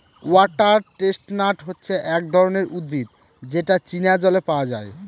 water chestnut হচ্ছে এক ধরনের উদ্ভিদ যেটা চীনা জলে পাওয়া যায়